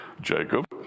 Jacob